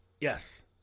Yes